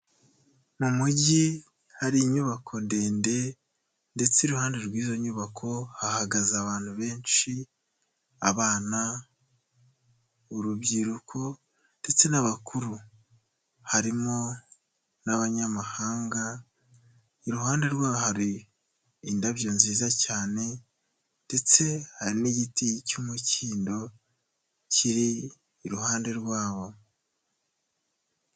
Mu mujyi hari inyubako ndende ndetse iruhande rw'izo nyubako, hahagaze abantu benshi abana, urubyiruko ndetse n'abakuru. Harimo n'abanyamahanga, iruhande rwaho hari indabyo nziza cyane ndetse hari n'igiti cy'umukindo, kiri iruhande rwabo.